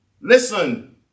listen